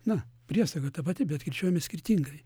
na priesaga ta pati bet kirčiuojame skirtingai